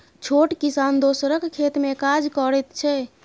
छोट किसान दोसरक खेत मे काज करैत छै